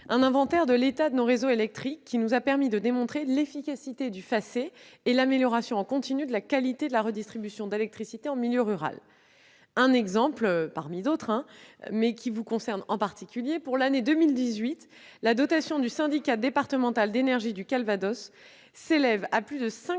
un inventaire de l'état de nos réseaux électriques qui nous a permis de démontrer l'efficacité du FACÉ et l'amélioration continue de la qualité de la redistribution d'électricité en milieu rural. Ainsi, pour l'année 2018, la dotation du syndicat départemental d'énergie du Calvados s'élève à plus de 5